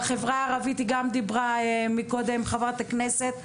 בחברה הערבית, דיברה קודם חברת הכנסת,